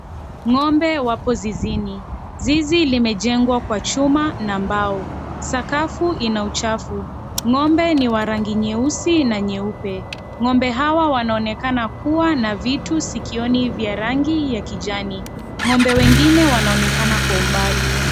Ng'ombe wapo zizini, zizi limejengwa kwa chuma na mbao. Sakafu ina uchafu. Ng'ombe ni wa rangi nyeusi na nyeupe. Ng'ombe Hawa wanaonekana kuwa na vitu sikioni ya rangi ya kijani. Ng'ombe wengi wanaonekana kwa umbali.